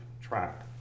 track